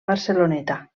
barceloneta